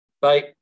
Bye